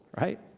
right